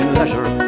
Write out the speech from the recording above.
leisure